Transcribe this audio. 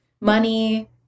Money